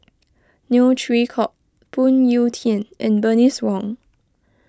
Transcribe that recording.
Neo Chwee Kok Phoon Yew Tien and Bernice Wong